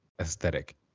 aesthetic